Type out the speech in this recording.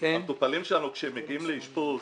כשהם מגיעים לאשפוז,